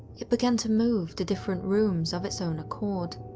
it began to move to different rooms of its own accord.